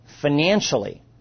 financially